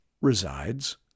resides